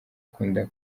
akunda